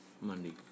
Monday